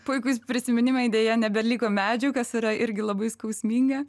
puikūs prisiminimai deja nebeliko medžių kas yra irgi labai skausminga